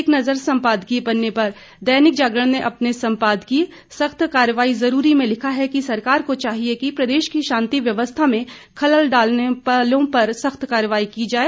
एक नज़र सम्पादकीय पन्ने पर दैनिक जागरण ने अपने संपादकीय सख्त कार्रवाई जरूरी में लिखा है कि सरकार को चाहिए कि प्रदेश की शांति व्यवस्था में खलल डालने वालों पर सख्त कार्रवाई की जाए